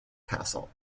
castle